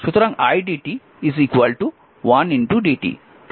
সুতরাং i dt 1 dt